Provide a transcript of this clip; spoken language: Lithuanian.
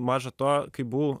maža to kai buvau